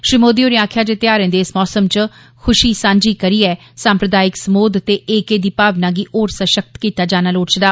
श्री मोदी होरे आक्खेआ जे त्यौहारे दे इस मौसम च खूशी सांझी करियै साम्प्रदायिक समोध ते एकेऽ दी भावना गी होर सशक्त कीता जाना लोड़दा